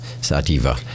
sativa